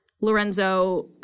Lorenzo